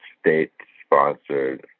state-sponsored